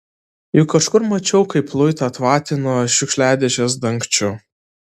juk kažkur mačiau kaip luitą tvatino šiukšliadėžės dangčiu